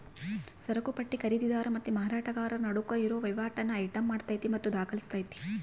ಸರಕುಪಟ್ಟಿ ಖರೀದಿದಾರ ಮತ್ತೆ ಮಾರಾಟಗಾರರ ನಡುಕ್ ಇರೋ ವಹಿವಾಟನ್ನ ಐಟಂ ಮಾಡತತೆ ಮತ್ತೆ ದಾಖಲಿಸ್ತತೆ